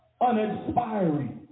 uninspiring